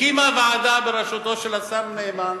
הקימה ועדה בראשותו של השר נאמן,